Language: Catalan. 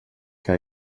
que